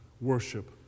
worship